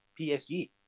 PSG